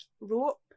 rope